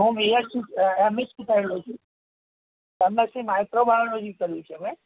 હું BSc MSc થયેલો છું એમએસસી માઇક્રોબાયોલોજી કર્યું છે મેં